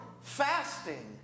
fasting